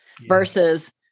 Versus